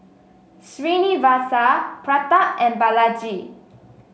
Srinivasa Pratap and Balaji